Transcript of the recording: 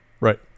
Right